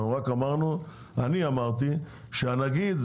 אני רק אמרתי שהנגיד,